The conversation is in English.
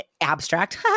abstract